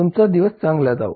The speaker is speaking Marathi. तुमचा दिवस चांगला जावो